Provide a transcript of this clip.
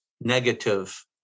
negative